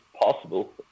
possible